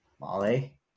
Molly